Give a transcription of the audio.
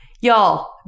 Y'all